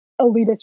elitist